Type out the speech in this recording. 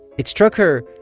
it struck her,